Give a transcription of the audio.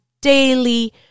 daily